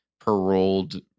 paroled